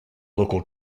local